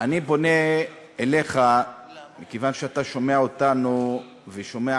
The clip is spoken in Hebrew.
אני פונה אליך כיוון שאתה שומע אותנו ושומע